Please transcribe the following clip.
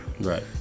right